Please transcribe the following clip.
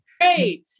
great